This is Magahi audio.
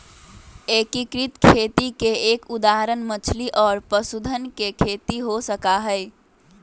एकीकृत खेती के एक उदाहरण मछली और पशुधन के खेती हो सका हई